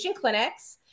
clinics